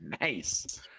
Nice